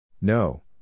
No